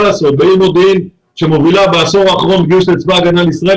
העיר מודיעין שמובילה בעשור האחרון בגיוס לצבא הגנה לישראל,